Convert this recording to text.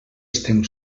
estem